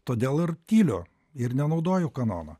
todėl ir tyliu ir nenaudoju kanono